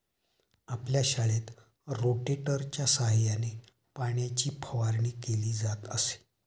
आपल्या शाळेत रोटेटरच्या सहाय्याने पाण्याची फवारणी केली जात असे